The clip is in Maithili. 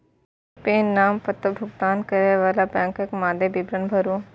फेर पेन, नाम, पता, भुगतान करै बला बैंकक मादे विवरण भरू